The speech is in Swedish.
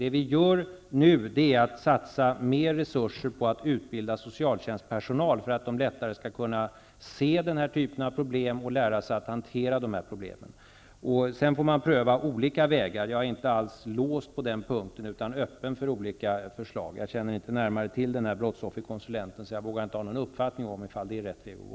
Det vi gör nu är att satsa mer resurser för att utbilda socialtjänstpersonal för att den lättare skall kunna se den här typen av problem och lära sig att hantera dem. Sedan får man pröva olika vägar. Jag är inte alls låst på denna punkt utan är öppen för olika förslag. Jag känner inte närmare till modellen med brottsofferkonsulent, så jag vågar inte ha någon uppfattning om ifall det är rätt väg att gå.